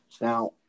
Now